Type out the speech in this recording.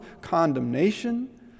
condemnation